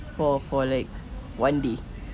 for for like one day